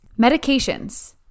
Medications